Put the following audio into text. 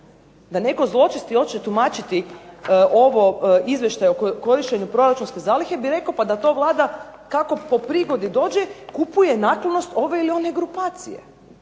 DA netko zločesti hoće tumačiti Izvještaj o korištenju proračunske zalihe bi rekao pa da to Vlada kako po prigodi dođe kupuje naklonost ove ili one grupacije.